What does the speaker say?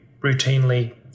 routinely